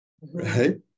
Right